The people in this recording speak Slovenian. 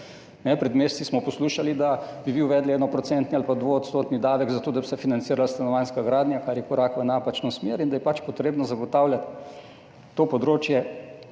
Pred meseci smo poslušali, da bi vi uvedli 1- ali pa 2-odstotni davek zato, da bi se financirala stanovanjska gradnja, kar je korak v napačno smer, in da je pač treba zagotavljati to področje